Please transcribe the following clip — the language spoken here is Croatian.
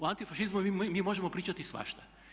O antifašizmu mi možemo pričati svašta.